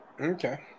Okay